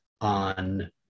on